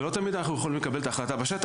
ולא תמיד אנחנו יכולים לקבל את ההחלטה בשטח,